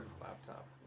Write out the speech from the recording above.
laptop